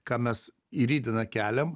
ką mes į rytdieną keliam